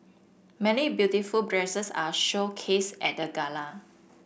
many beautiful dresses are showcased at the gala